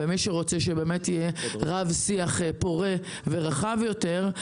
ומי שרוצה שבאמת יהיה רב שיח פורה ורחב יותר,